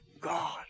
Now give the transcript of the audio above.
God